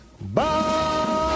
Bye